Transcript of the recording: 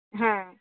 হ্যাঁ